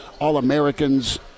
All-Americans